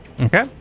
Okay